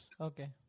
Okay